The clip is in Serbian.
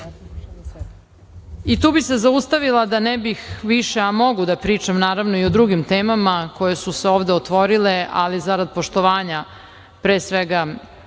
bih se zaustavila da ne bih više, a mogu da pričam i o drugim temama koje su se ovde otvorile, ali za rad poštovanja pre svega